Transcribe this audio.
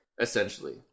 essentially